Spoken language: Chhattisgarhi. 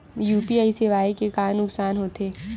यू.पी.आई सेवाएं के का नुकसान हो थे?